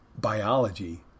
biology